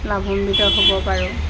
লাভম্বিত হ'ব পাৰোঁ